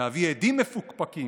להביא עדים מפוקפקים,